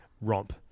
romp